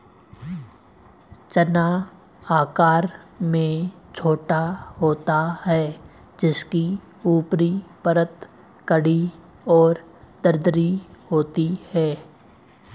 चना आकार में छोटा होता है जिसकी ऊपरी परत कड़ी और दरदरी होती है